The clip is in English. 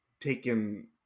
taken